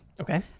Okay